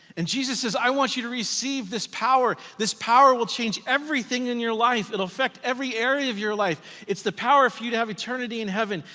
and jesus says, i want you to receive this power, this power will change everything in your life. it'll effect every area of your life. it's the power for you to have eternity in heaven.